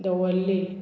Davorlim